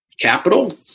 Capital